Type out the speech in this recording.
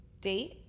date